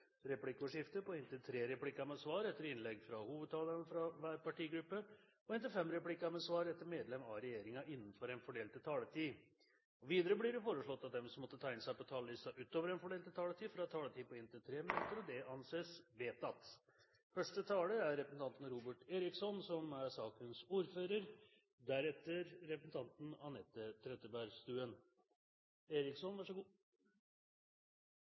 replikkordskifte på inntil tre replikker med svar etter innlegg fra hovedtalere fra hver partigruppe og inntil fem replikker med svar etter innlegg fra medlem av regjeringen innenfor den fordelte taletid. Videre blir det foreslått at de som måtte tegne seg på talerlisten utover den fordelte taletid, får en taletid på inntil 3 minutter. – Det anses vedtatt. Selv om den registrerte arbeidsledigheten i Norge er lav, er det stadig flere mennesker som